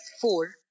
four